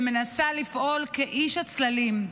שמנסה לפעול כאיש הצללים,